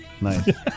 Nice